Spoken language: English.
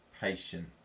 patient